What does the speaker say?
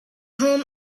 home